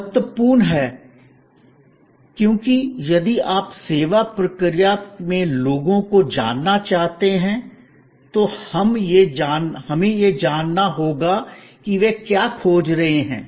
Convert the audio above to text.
यह महत्वपूर्ण है क्योंकि यदि आप सेवा प्रक्रिया में लोगों को जानना चाहते हैं तो हमें यह जानना होगा कि वे क्या खोज रहे हैं